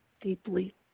deeply